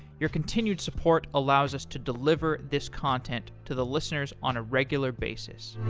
your continued support allows us to deliver this content to the listeners on a regular basis